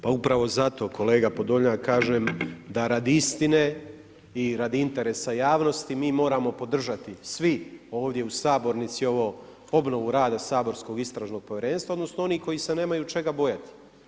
Pa upravo zato kolega Podolnjak kažem da radi istine i radi interesa javnosti mi moramo podržati svi ovdje u sabornici ovu obnovu rada Saborskog istražnog povjerenstva, odnosno onih koji se nemaju čega bojati.